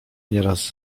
nieraz